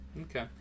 Okay